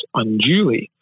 unduly